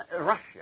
Russia